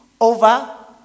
over